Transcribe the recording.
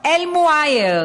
אל מועייר,